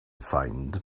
find